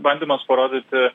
bandymas parodyti